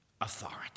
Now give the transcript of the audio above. Authority